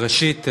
ראשית,